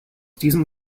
diesem